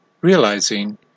realizing